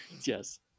Yes